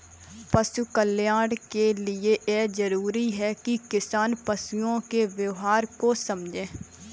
पशु कल्याण के लिए यह जरूरी है कि किसान पशुओं के व्यवहार को समझे